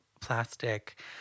plastic